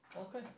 Okay